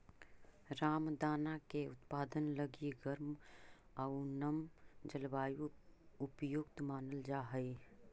रामदाना के उत्पादन लगी गर्म आउ नम जलवायु उपयुक्त मानल जा हइ